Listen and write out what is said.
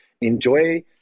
enjoy